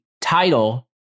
title